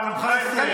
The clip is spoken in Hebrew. נאומך הסתיים.